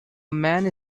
man